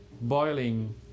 boiling